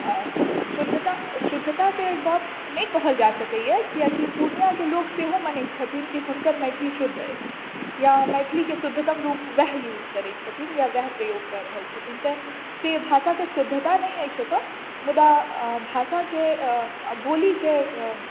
अऽ शुद्धता शुद्धताकेँ गॉप नहि कहल जा सकैया किएकि पूर्णियाके लोक सेहो मानैत छथिन कि हुनकर मैथिली शुद्ध अछि या मैथिलीके शुद्धतम रूप ओएह यूज करैत छथिन या ओएह प्रयोग कऽ रहल छथिन तऽ से भाषाके शुद्धता नहि अछि ओतऽ मुदा भाषाकेँ बोलीकेँ